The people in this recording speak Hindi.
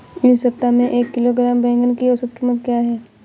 इस सप्ताह में एक किलोग्राम बैंगन की औसत क़ीमत क्या है?